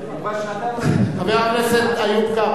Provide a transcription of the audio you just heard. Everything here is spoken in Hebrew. כבר